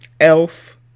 Elf